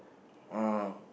uh